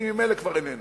כי ממילא היא כבר איננה.